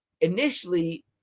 Initially